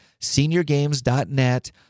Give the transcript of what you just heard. seniorgames.net